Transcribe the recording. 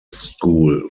school